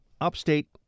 upstate